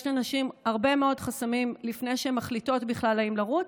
יש לנשים הרבה מאוד חסמים לפני שהן מחליטות בכלל אם לרוץ.